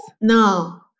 No